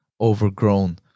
overgrown